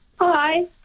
Hi